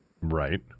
Right